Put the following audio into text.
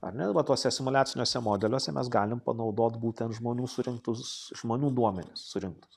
ar ne va tuose simuliaciniuose modeliuose mes galim panaudot būtent žmonių surinktus žmonių duomenis surinktus